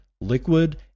liquid